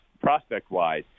prospect-wise